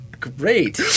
Great